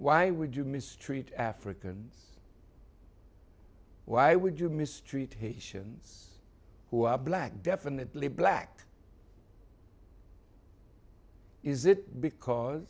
why would you mistreat africans why would you mistreat haitians who are black definitely black is it because